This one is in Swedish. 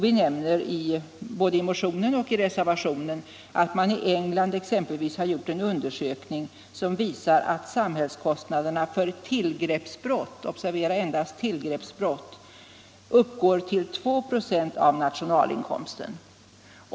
Vi nämner både i motionen och i reservationen att man i England exempelvis gjort undersökningar som visar att samhällskostnaderna för tillgreppsbrotten — observera endast tillgreppsbrotten — uppgår till 2 96 av nationalinkomsten.